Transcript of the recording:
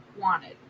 wanted